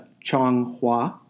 Chong-Hua